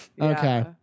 Okay